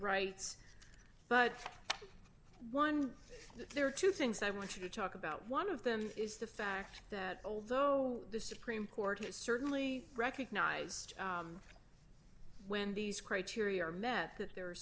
rights but one there are two things i want you to talk about one of them is the fact that although the supreme court has certainly recognize when these criteria are met that there are